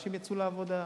אנשים יצאו לעבודה.